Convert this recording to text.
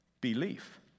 belief